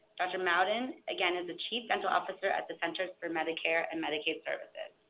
dr. mouden again is the chief dental officer at the centers for medicare and medicaid services.